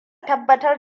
tabbatar